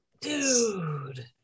Dude